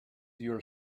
your